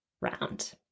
round